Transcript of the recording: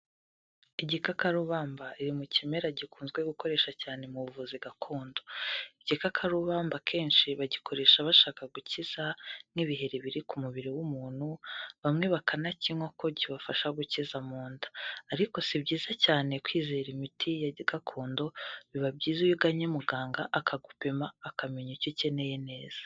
Igikakarubamba iri mu kimera gikunzwe gukoreshwa cyane mu buvuzi gakondo. Igikakarubamba akenshi bagikoresha bashaka gukiza nk'ibiheri biri ku mubiri w'umuntu, bamwe bakanakinywa kuko kibafasha gukiza mu nda, ariko si byiza cyane kwizera imiti ya gakondo, biba byiza iyo uganye muganga akagupima akamenya icyo ukeneye neza.